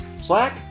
Slack